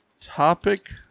topic